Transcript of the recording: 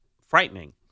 frightening